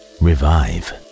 revive